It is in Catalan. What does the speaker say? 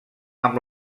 amb